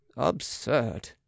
absurd